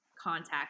contact